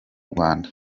rwanda